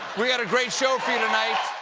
we've got a great show for you tonight.